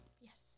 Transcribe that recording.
Yes